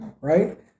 right